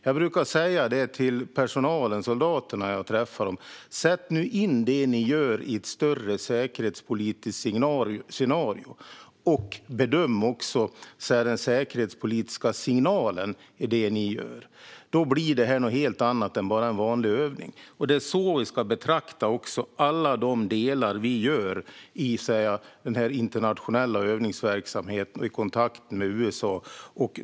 Jag brukar säga till personalen, soldaterna, när jag träffar dem: Sätt nu in det ni gör i ett större säkerhetspolitiskt scenario, och bedöm den säkerhetspolitiska signalen i det ni gör. Då blir det något helt annat än bara en vanlig övning. Det är också på det sättet vi ska betrakta alla delar i den internationella övningsverksamheten som vi är med i och vid kontakten med USA.